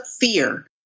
fear